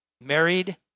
married